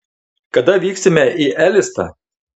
kada vyksime į elistą